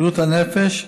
בריאות הנפש,